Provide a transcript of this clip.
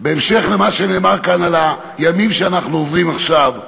בהמשך למה שנאמר כאן על הימים שאנחנו עוברים עכשיו,